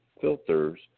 filters